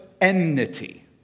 enmity